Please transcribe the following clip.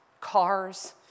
cars